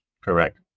Correct